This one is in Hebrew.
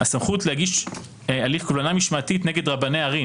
הסמכות להגיש הליך קובלנה משמעתית רבני ערים